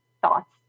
thoughts